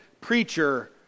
preacher